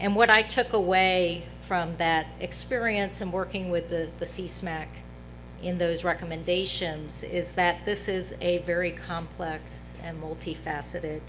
and what i took away from that experience and working with the the csmac in those recommendations is that this is a very complex and multifaceted